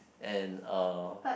and uh